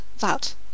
That